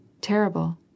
Terrible